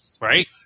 right